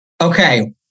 Okay